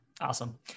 Awesome